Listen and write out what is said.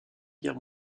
guerre